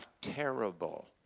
terrible